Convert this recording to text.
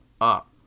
up